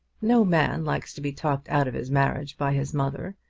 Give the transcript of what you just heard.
no man likes to be talked out of his marriage by his mother,